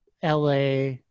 LA